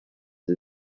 sie